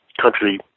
country